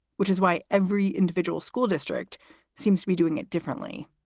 which is why every individual school district seems to be doing it differently.